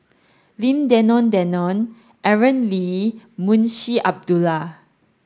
Lim Denan Denon Aaron Lee and Munshi Abdullah